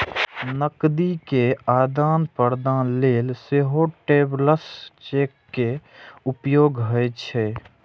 नकदी केर आदान प्रदान लेल सेहो ट्रैवलर्स चेक के उपयोग होइ छै